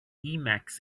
emacs